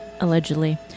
Allegedly